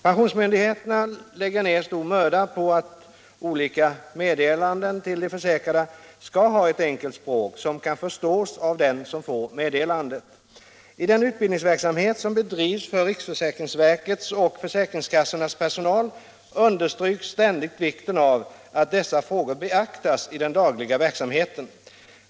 Pensionsmyndigheterna lägger ner stor möda på att olika meddelanden till de försäkrade skall ha ett enkelt språk som kan förstås av den som får meddelandet. I den utbildningsverksamhet som bedrivs för riksförsäkringsverkets och försäkringskassornas personal understryks ständigt vikten av att dessa frågor beaktas i den dagliga verksamheten.